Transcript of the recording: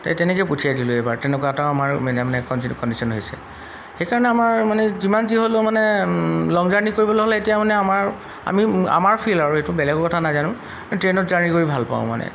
তেনেকৈ পঠিয়াই দিলোঁ এইবাৰ তেনেকুৱা এটাও আমাৰ মানে মানে কণ্ট কণ্ডিচন হৈছে সেইকাৰণে আমাৰ মানে যিমান যি হ'লেও মানে লং জাৰ্ণি কৰিবলৈ হ'লে এতিয়া মানে আমাৰ আমি আমাৰ ফিল আৰু এইটো বেলেগৰ কথা নাজানো ট্ৰেইনত জাৰ্ণি কৰি ভাল পাওঁ মানে